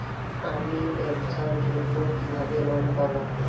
আমি ব্যবসার জন্য কিভাবে লোন পাব?